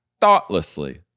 thoughtlessly